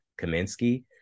Kaminsky